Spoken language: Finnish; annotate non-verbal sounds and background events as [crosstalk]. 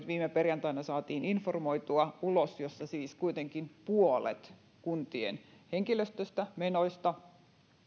[unintelligible] viime perjantaina saatiin informoitua ulos jossa siis kuitenkin puolet kuntien henkilöstöstä menoista